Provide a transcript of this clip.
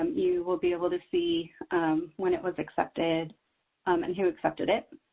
um you will be able to see when it was accepted and who accepted it.